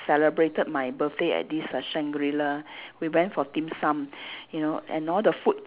celebrated my birthday at this ah Shangri-la we went for dim-sum you know and all the food